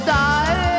die